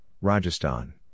Rajasthan